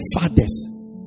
fathers